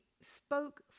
spoke